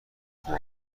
خوب